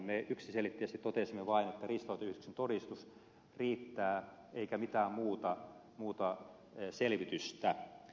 me yksiselitteisesti totesimme vain että riistanhoitoyhdistyksen todistus riittää eikä mitään muuta selvitystä tarvita